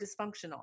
dysfunctional